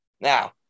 Now